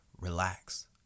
Relax